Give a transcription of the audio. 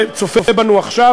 גם לציבור שצופה בנו עכשיו: